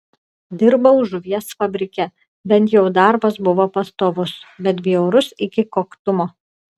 dirbau žuvies fabrike bent jau darbas buvo pastovus bet bjaurus iki koktumo